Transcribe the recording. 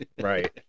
Right